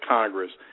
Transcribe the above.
Congress